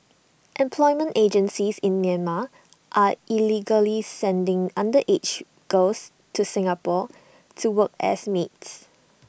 employment agencies in Myanmar are illegally sending underage girls to Singapore to work as maids